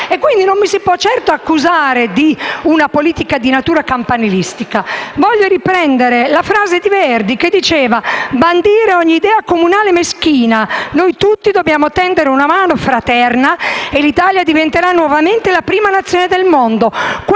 di Parma, non mi si può certo accusare di fare una politica di natura campanilistica. Voglio riprendere una frase di Verdi: «Bandire ogni idea comunale meschina! Noi tutti dobbiamo tendere una mano fraterna, e l'Italia diventerà nuovamente la prima nazione del mondo»,